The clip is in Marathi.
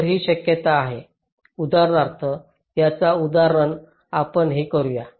तर ही शक्यता आहे उदाहरणार्थ याच उदाहरणात आपण हे करूया